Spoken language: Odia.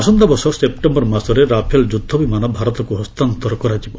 ଆସନ୍ତାବର୍ଷ ସେପ୍ଟେମ୍ବର ମାସରେ ରାଫେଲ୍ ଯୁଦ୍ଧ ବିମାନ ଭାରତକୁ ହସ୍ତାନ୍ତର କରାଯିବ